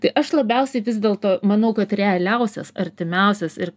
tai aš labiausiai vis dėlto manau kad realiausias artimiausias ir